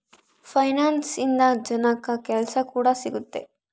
finance ಇಂದ ಜನಕ್ಕಾ ಕೆಲ್ಸ ಕೂಡ ಸಿಗುತ್ತೆ